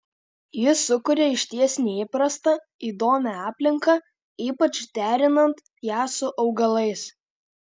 ji sukuria išties neįprastą įdomią aplinką ypač derinant ją su augalais